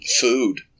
food